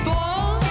Fall